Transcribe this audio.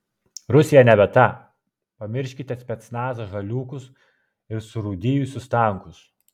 rusija nebe ta pamirškite specnazo žaliūkus ir surūdijusius tankus